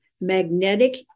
magnetic